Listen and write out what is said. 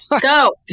go